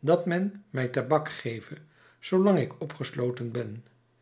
dat men mij tabak geve zoo lang ik opgesloten ben